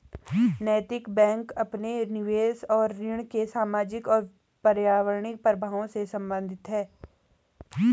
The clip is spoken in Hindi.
नैतिक बैंक अपने निवेश और ऋण के सामाजिक और पर्यावरणीय प्रभावों से संबंधित है